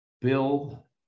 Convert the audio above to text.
bill